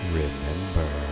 remember